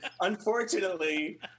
Unfortunately